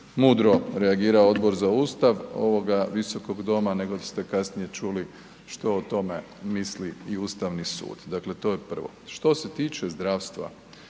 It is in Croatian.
mudro reagirao Odbor za Ustav ovoga visokog doma, nego ste kasnije čuli što o tome misli i Ustavni sud, dakle to je prvo. Što se tiče zdravstva,